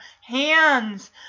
hands